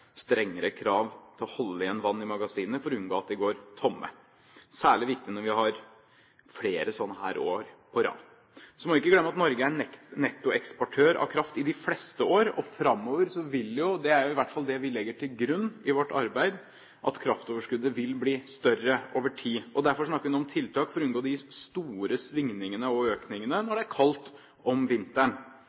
strengere krav til å holde igjen vann i magasinene for å unngå at de går tomme. Det er særlig viktig når vi har flere slike år på rad. Så må vi ikke glemme at Norge er nettoeksportør av kraft i de fleste år, og framover vil jo kraftoverskuddet – det er i hvert fall det vi legger til grunn i vårt arbeid – bli større over tid. Derfor snakker vi nå om tiltak for å unngå de store svingningene og økningene når det er kaldt om vinteren,